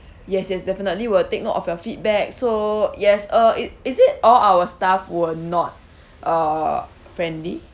yes yes definitely will take note of your feedback so yes uh it is it all our staff were not uh friendly